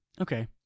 Okay